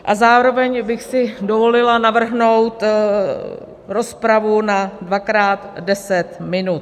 A zároveň bych si dovolila navrhnout rozpravu na dvakrát 10 minut.